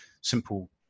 simple